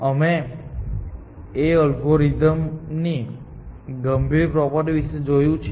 અમે A અલ્ગોરિધમની ગંભીર પ્રોપર્ટી વિશે જોયું છે